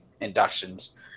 inductions